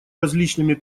различными